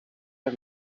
are